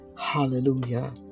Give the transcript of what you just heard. Hallelujah